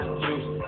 juice